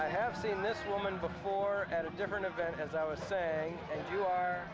i have seen this woman before at a different event as i would say you are